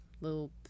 little